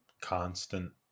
constant